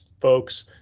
folks